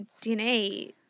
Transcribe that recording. DNA